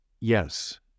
yes